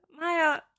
Maya